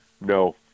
No